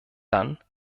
dann